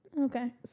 Okay